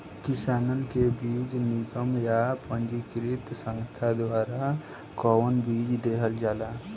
किसानन के बीज निगम या पंजीकृत संस्था द्वारा कवन बीज देहल जाला?